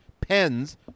pens